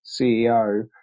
CEO